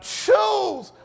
choose